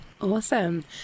Awesome